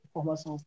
Formação